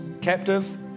captive